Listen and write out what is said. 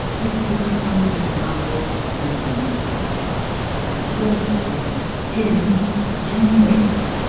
let's look at some example sentences my birthday is in january